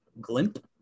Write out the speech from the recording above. Glimp